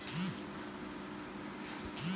खेतों में पानी कैसे देना चाहिए?